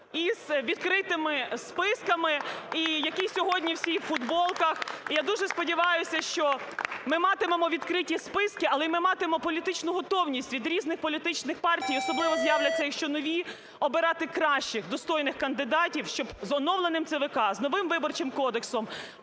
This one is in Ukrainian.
із відкритими списками і який сьогодні… всі у футболках. Я дуже сподіваюся, що ми матимемо відкриті списки, але і матимемо політичну готовність від різних політичних партій, особливо з'являться і ще нові, обирати кращих, достойних кандидатів, щоб з оновленим ЦВК, з новим Виборчим кодексом